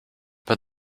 but